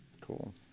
Cool